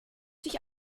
sich